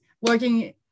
working